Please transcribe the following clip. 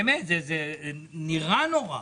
באמת, זה נראה נורא.